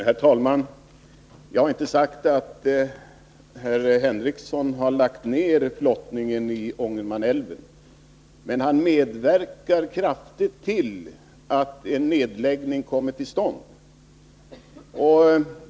Herr talman! Jag har inte sagt att herr Henricsson har lagt ned flottningen i Ångermanälven, men han medverkar kraftigt till att en nedläggning kommer tillstånd.